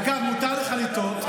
אגב, מותר לך לטעות.